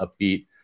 upbeat